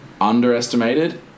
underestimated